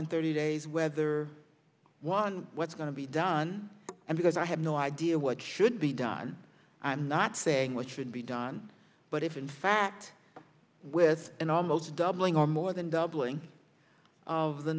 in thirty days whether want what's going to be done and because i have no idea what should be done i'm not saying what should be done but if in fact with an almost doubling or more than doubling of the